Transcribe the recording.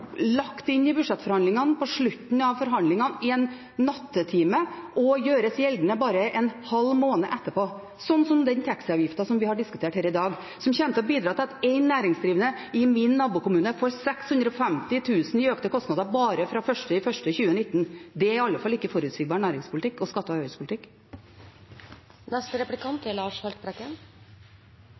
lagt inn i budsjettet i en nattetime på slutten av budsjettforhandlingene og gjort gjeldende bare en halv måned etterpå, slik som den taxiavgiften som vi har diskutert her i dag, som kommer til å bidra til at én næringsdrivende i min nabokommune får 650 000 kr i økte kostnader bare fra 1. januar 2019. Det er i alle fall ikke forutsigbar næringspolitikk og skatte- og